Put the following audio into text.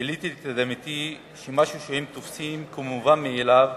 גיליתי לתדהמתי שמשהו שהם תופסים כמובן מאליו,